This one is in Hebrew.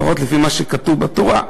לפחות לפי מה שכתוב בתורה,